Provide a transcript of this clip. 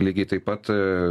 lygiai taip pat